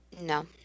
No